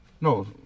No